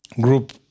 group